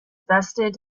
vested